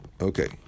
Okay